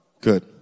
Good